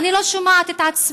אני לא שומעת את עצמי,